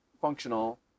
functional